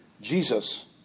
Jesus